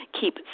keep